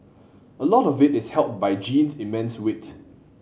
a lot of it is helped by Jean's immense wit